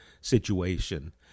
situation